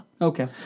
Okay